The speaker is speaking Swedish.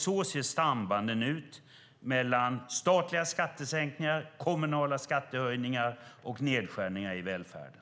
Så ser sambanden ut mellan statliga skattesänkningar, kommunala skattehöjningar och nedskärningar i välfärden.